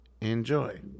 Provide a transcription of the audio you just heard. Enjoy